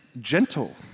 gentle